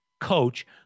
coach